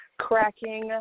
cracking